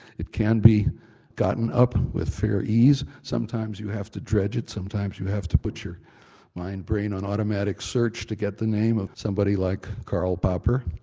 it can be gotten up with fair ease, sometimes you have to dredge it, sometimes you have to put your and brain on automatic search to get the name of somebody like karl popper.